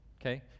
okay